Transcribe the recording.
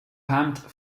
pumped